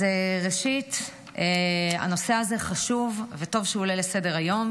ראשית, הנושא הזה חשוב וטוב שהוא עולה לסדר-היום.